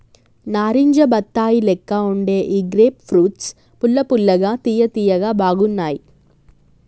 నారింజ బత్తాయి లెక్క వుండే ఈ గ్రేప్ ఫ్రూట్స్ పుల్ల పుల్లగా తియ్య తియ్యగా బాగున్నాయ్